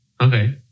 Okay